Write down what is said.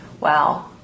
Wow